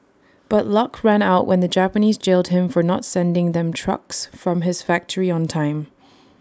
but luck ran out when the Japanese jailed him for not sending them trucks from his factory on time